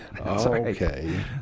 Okay